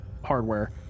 hardware